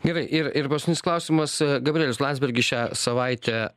gerai ir ir paskutinis klausimas gabrielius landsbergis šią savaitę